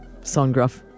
Songruff